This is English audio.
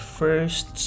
first